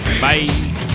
Bye